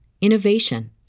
innovation